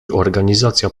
organizacja